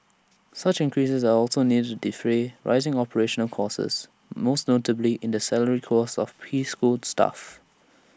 such increases are also needed to defray rising operational costs most notably in the salary costs of preschool staff